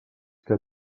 que